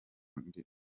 ndi